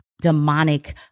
demonic